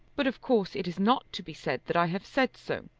but of course it is not to be said that i have said so.